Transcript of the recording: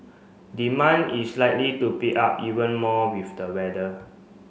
demand is likely to pick up even more with the weather